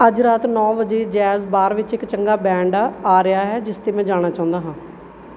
ਅੱਜ ਰਾਤ ਨੌਂ ਵਜੇ ਜੈਜ਼ ਬਾਰ ਵਿੱਚ ਇੱਕ ਚੰਗਾ ਬੈਂਡ ਆ ਰਿਹਾ ਹੈ ਜਿਸ 'ਤੇ ਮੈਂ ਜਾਣਾ ਚਾਹੁੰਦਾ ਹਾਂ